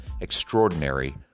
extraordinary